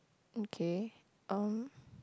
okay um